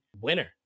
winner